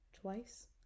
twice